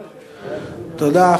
תודה.